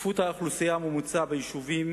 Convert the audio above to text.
צפיפות האוכלוסייה הממוצעת ביישובים